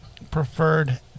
Preferred